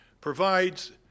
provides